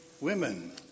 women